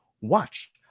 watch